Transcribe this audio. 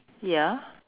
ya